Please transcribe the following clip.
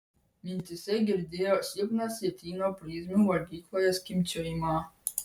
mintyse girdėjo silpną sietyno prizmių valgykloje skimbčiojimą